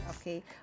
Okay